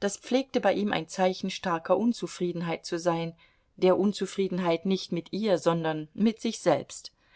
das pflegte bei ihm ein zeichen starker unzufriedenheit zu sein der unzufriedenheit nicht mit ihr sondern mit sich selbst